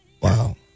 Wow